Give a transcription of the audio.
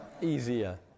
Easier